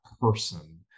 person